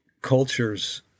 cultures